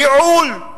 ייעול.